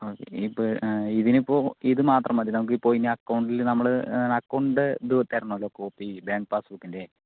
ഇതിനിപ്പോൾ ഇത് മാത്രം മതി നമുക്ക് ഇപ്പോൾ ഇനി അക്കൗണ്ടിൽ നമ്മള് അക്കൗണ്ടിൻ്റെ ഇത് തരണമല്ലോ കോപ്പി ബാങ്ക് പാസ്സ്ബുക്കിൻ്റെ